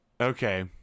Okay